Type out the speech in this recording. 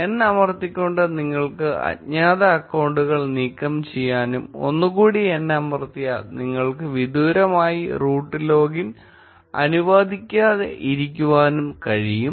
n അമർത്തിക്കൊണ്ട് നിങ്ങൾക്ക് അജ്ഞാത അക്കൌണ്ടുകൾ നീക്കംചെയ്യാനും ഒന്നു കൂടി n അമർത്തിയാൽ നിങ്ങൾക്ക് വിദൂരമായ റൂട്ട് ലോഗിൻ അനുവദിക്കാതിരിക്കുവാനും കഴിയും